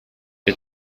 der